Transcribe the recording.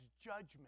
judgment